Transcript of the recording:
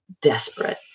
desperate